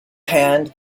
hand